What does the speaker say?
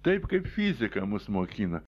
taip kaip fizika mus mokina